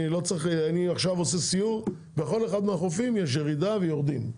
אני עושה עכשיו סיור בכל אחד מהחופים יש ירידה ויורדים,